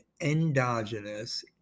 endogenous